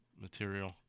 material